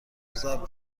ضرب